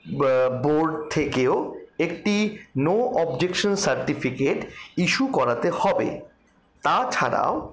board থেকেও একটি no objection certificate issue করাতে হবে তাছাড়াও